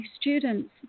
students